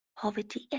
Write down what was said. poverty